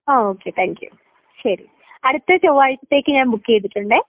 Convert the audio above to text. ആ okay thank you ശെരി അടുത്ത ചൊവ്വാഴ്ചത്തേക്ക് ഞാൻ ബുക്ക് ചെയ്യതിട്ടുണ്ടെ